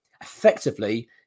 effectively